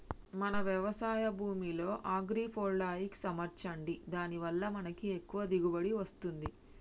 మన వ్యవసాయ భూమిలో అగ్రివోల్టాయిక్స్ అమర్చండి దాని వాళ్ళ మనకి ఎక్కువ దిగువబడి వస్తుంది